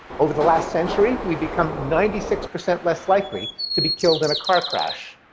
over the last century, we've become ninety six percent less likely to be killed in a car crash,